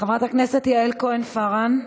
חברת הכנסת יעל כהן-פארן?